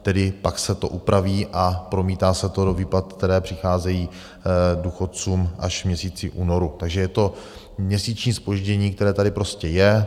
Tedy pak se to upraví a promítá se to do výplat, které přicházejí důchodcům až v měsíci únoru, takže je to měsíční zpoždění, které tady prostě je.